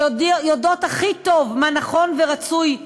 יודעים הכי טוב מה נכון ורצוי ליישוב.